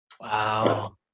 Wow